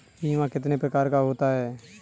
बीमा कितने प्रकार का होता है?